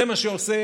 זה מה שעושה